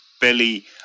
belly